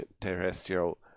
terrestrial